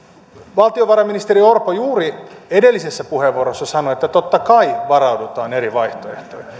valtiovarainministeri orpo juuri edellisessä puheenvuorossaan sanoi että totta kai varaudutaan eri vaihtoehtoihin